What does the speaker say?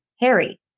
Harry